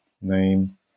name